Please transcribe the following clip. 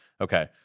Okay